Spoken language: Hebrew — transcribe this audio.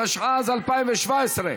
התשע"ז 2017,